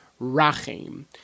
Rachim